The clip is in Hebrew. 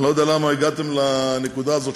אני לא יודע למה הגעתם לנקודה הזו,